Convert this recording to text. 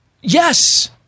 Yes